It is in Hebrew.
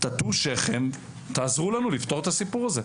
תטו שכם ותעזרו לנו לפתור את הסיפור הזה.